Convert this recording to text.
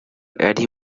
ari